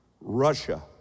Russia